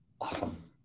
Awesome